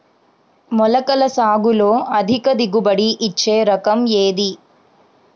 మొలకల సాగులో అధిక దిగుబడి ఇచ్చే రకం ఏది?